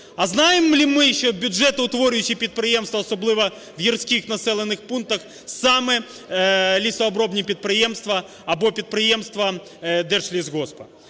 А знаємо ми, що бюджетоутворюючі підприємства, особливо в гірських населених пунктах, саме лісообробні підприємства або підприємства Держлісгоспу?